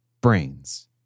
brains